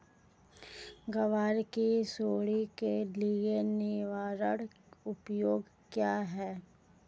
ग्वार की सुंडी के लिए निवारक उपाय क्या है?